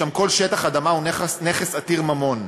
שם כל שטח אדמה הוא נכס עתיר ממון.